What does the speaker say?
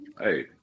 hey